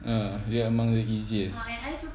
ah dia among the easiest